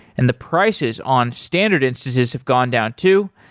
and the prices on standard instances have gone down too.